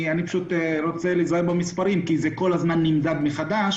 אני רוצה להיזהר במספרים כי זה כל הזמן נמדד מחדש